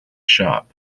shop